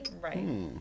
right